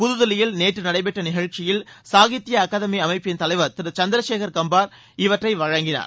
புதுதில்லியில் நேற்று நடைபெற்ற நிகழ்ச்சியில் சாகித்ய அமைப்பின் தலைவா் திரு சந்திரசேகா் கம்பார் இவற்றை வழங்கினார்